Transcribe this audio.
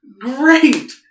Great